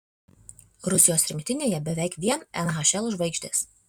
rusijos rinktinėje beveik vien nhl žvaigždės